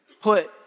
put